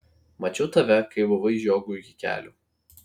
mačiau tave kai buvai žiogui iki kelių